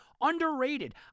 Underrated